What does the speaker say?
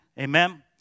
Amen